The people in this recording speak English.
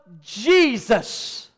Jesus